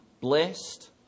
blessed